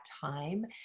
time